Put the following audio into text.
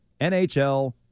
NHL